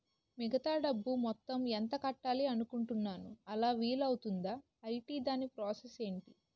మిగతా డబ్బు మొత్తం ఎంత కట్టాలి అనుకుంటున్నాను అలా వీలు అవ్తుంధా? ఐటీ దాని ప్రాసెస్ ఎంటి?